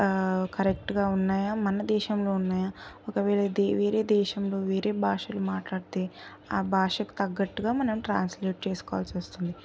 కరెక్ట్గా ఉన్నాయా మనదేశంలో ఉన్నాయా ఒకవేళ వేరే దేశంలో వేరే భాషలు మాట్లాడితే ఆ భాషకు తగ్గట్టుగా మనం ట్రాన్స్లేట్ చేసుకోవాల్సి వస్తుంది